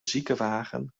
ziekenwagen